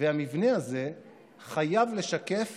והמבנה הזה חייב לשקף